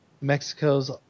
Mexico's